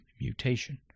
mutation